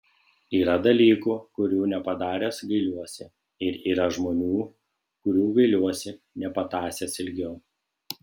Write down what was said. yra dalykų kurių nepadaręs gailiuosi ir yra žmonių kurių gailiuosi nepatąsęs ilgiau